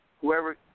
whoever